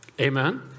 Amen